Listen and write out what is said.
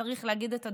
צריך להגיד את הדברים.